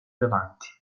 davanti